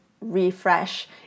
refresh